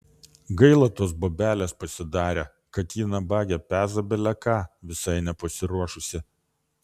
gaila tos bobelės pasidarė kad ji nabagė peza bele ką visai nepasiruošusi